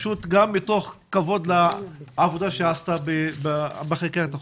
גם מתוך כבוד לעבודה שעשתה בחקיקת החוק.